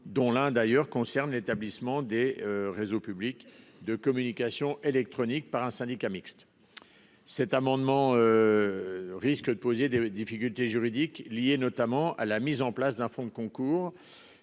dont l'un d'ailleurs concerne l'établissement des réseaux publics de communication électronique par un syndicat mixte. Cet amendement. Risque de poser des difficultés juridiques liées notamment à la mise en place d'un fonds de concours.